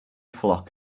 flock